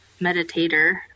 meditator